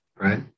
right